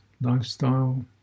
lifestyle